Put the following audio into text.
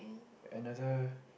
another